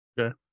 Okay